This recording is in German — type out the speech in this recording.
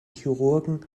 chirurgen